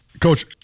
Coach